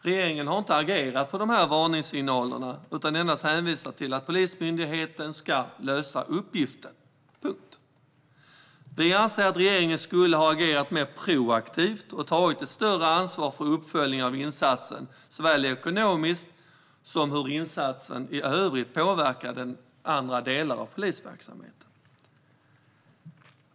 Regeringen har inte agerat på dessa varningssignaler utan endast hänvisat till att Polismyndigheten ska lösa uppgiften - punkt. Vi anser att regeringen borde ha agerat mer proaktivt och tagit ett större ansvar för uppföljningen av insatsen, såväl ekonomiskt som hur insatsen i övrigt påverkade andra delar av polisverksamheten.